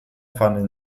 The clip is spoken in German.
fanden